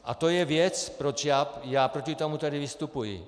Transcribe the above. A to je věc, proč proti tomu tady vystupuji.